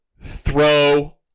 throw